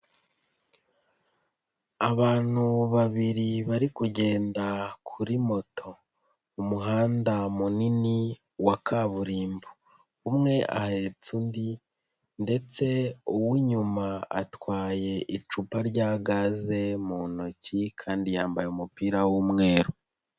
Abantu babiri bari kugenda kuri moto mu muhanda munini wa kaburimbo, umwe ahetse undi ndetse uw'inyuma atwaye icupa rya gaze mu ntoki kandi yambaye umupira w'umweru.